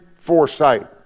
foresight